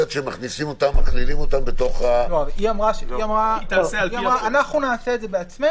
היא אומרת שכוללים אותם בתוך --- היא אמרה: אנחנו נעשה את זה בעצמנו,